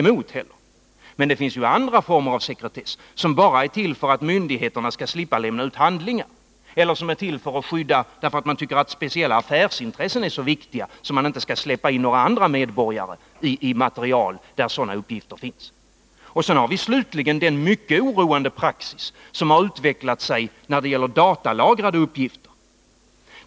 Men det finns andra former av sekretess som bara är till för att myndigheterna skall slippa lämna ut bandlingar eller som är till för att ge skydd åt speciella affärsintressen, som man tycker är så viktiga att man inte skall släppa fram några andra medborgare till material där sådana uppgifter finns. Slutligen har vi den mycket oroande praxis som har utvecklat sig när det gäller datalagrade uppgifter.